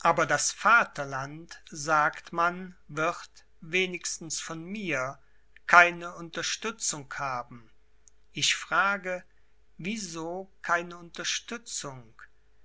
aber das vaterland sagt man wird wenigstens von mir keine unterstützung haben ich frage wie so keine unterstützung